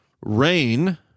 rain